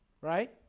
right